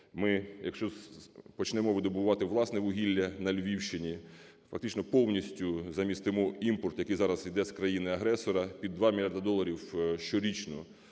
Ми, якщо почнемо видобувати власне вугілля на Львівщини, фактично повністю замістимо імпорт, який зараз йде з країни-агресора, під 2 мільярди доларів щорічно